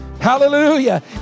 Hallelujah